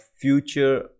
future